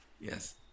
Yes